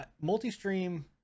multi-stream